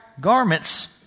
garments